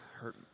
hurt